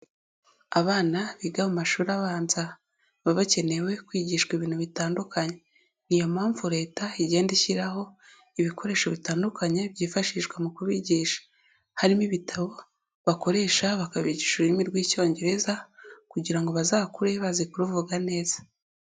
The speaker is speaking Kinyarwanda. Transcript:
Abana biga mu mashuri abanza baba bakeneyewe kwigishwa ibintu bitandukanye niyo mpamvu leta igenda ishyiraho ibikoresho bitandukanye byifashishwa mu kubigisha, harimo ibitabo bakoresha bakabigisha ururimi rw'icyongereza kugira ngo bazakure bazi kuruvuga neza.